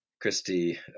Christie